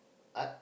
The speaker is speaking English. Art